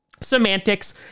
semantics